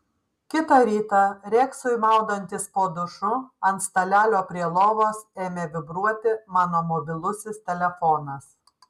kitą rytą reksui maudantis po dušu ant stalelio prie lovos ėmė vibruoti mano mobilusis telefonas